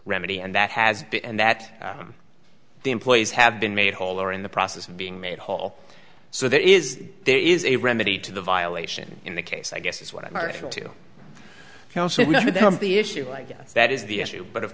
remedy and that has been that the employees have been made whole or in the process of being made whole so there is there is a remedy to the violation in the case i guess is what i'm referring to the issue i guess that is the issue but of